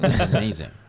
amazing